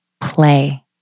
play